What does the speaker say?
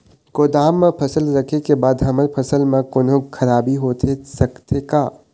गोदाम मा फसल रखें के बाद हमर फसल मा कोन्हों खराबी होथे सकथे का?